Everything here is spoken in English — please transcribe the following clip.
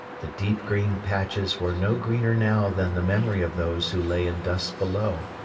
the deep green patches were no greener now than the memory of those who lay in dust below.